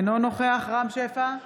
אינו נוכח רם שפע,